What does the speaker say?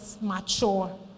mature